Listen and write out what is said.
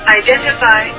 identify